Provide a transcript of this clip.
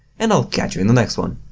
and i'll catch you in the next one.